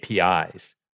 APIs